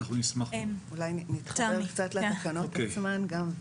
אולי נתחבר גם לתקנות עצמן.